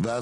ואז